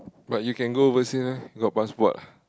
but you can go overseas meh got passport ah